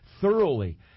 thoroughly